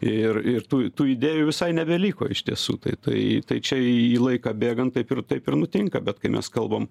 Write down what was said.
ir ir tų tų idėjų visai nebeliko iš tiesų tai tai tai čia į laiką bėgant taip ir taip ir nutinka bet kai mes kalbam